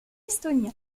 estonien